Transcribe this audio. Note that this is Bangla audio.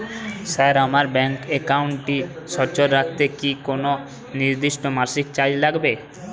স্যার আমার ব্যাঙ্ক একাউন্টটি সচল রাখতে কি কোনো নির্দিষ্ট মাসিক চার্জ লাগবে?